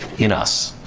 in us.